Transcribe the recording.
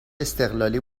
استقلالی